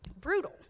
brutal